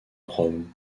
rome